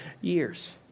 years